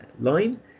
line